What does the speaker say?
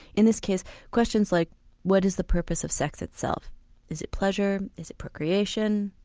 in this case questions like what is the purpose of sex itself is it pleasure, is it procreation?